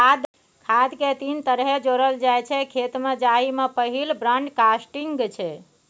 खाद केँ तीन तरहे जोरल जाइ छै खेत मे जाहि मे पहिल ब्राँडकास्टिंग छै